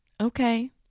Okay